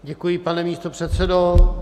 Děkuji, pane místopředsedo.